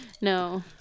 No